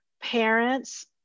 parents